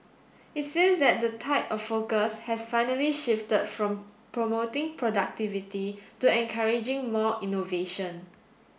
it seems that the tide of focus has finally shifted from promoting productivity to encouraging more innovation